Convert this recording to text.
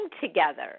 together